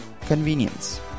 Convenience